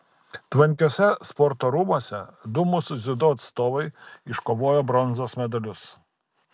tvankiuose sporto rūmuose du mūsų dziudo atstovai iškovojo bronzos medalius